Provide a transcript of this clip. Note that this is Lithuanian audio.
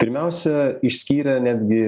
pirmiausia išskyrė netgi